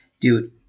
dude